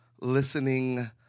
listening